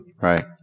Right